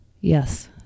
Yes